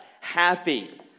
happy